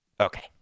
Okay